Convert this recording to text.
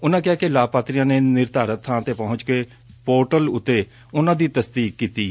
ਉਨੂਾਂ ਕਿਹਾ ਕਿ ਲਾਭਪਾਤਰੀਆਂ ਨੇਂ ਨਿਰਧਾਰਤ ਬਾਂ ਤੇ ਪਹੰਚ ਕੇ ਪੋਰਟਲ ਤੇ ਉਨਾਂ ਦੀ ਤਸਦੀਕ ਕੀਤੀ ਗਈ